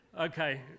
Okay